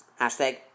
Hashtag